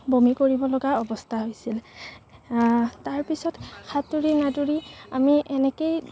বমি কৰিব লগা অৱস্থা হৈছিল তাৰপিছত সাঁতুৰি নাদুৰি আমি এনেকৈয়ে